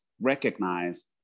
recognize